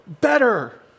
better